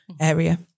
area